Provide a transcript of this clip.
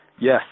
Yes